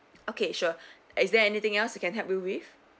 okay sure is there anything else I can help you with